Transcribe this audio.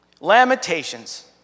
Lamentations